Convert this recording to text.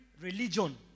religion